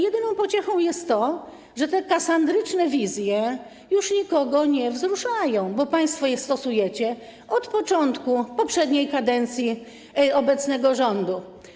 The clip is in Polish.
Jedyną pociechą jest to, że te kasandryczne wizje już nikogo nie wzruszają, bo państwo je stosujecie od początku poprzedniej kadencji obecnego rządu.